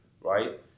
right